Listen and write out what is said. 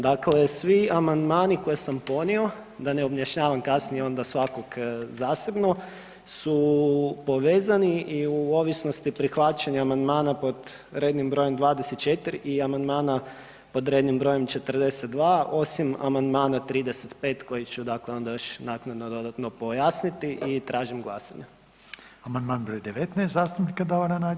Dakle, svi amandmani koje sam podnio, da ne objašnjavam kasnije onda svakog zasebno su povezani i u ovisnosti prihvaćanje amandmana pod rednim brojem 24 i amandmana pod rednim brojem 42 osim amandmana 35 koji ću dakle onda još naknadno dodatno pojasniti i tražim glasanje.